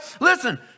Listen